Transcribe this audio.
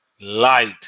light